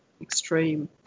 extreme